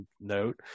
note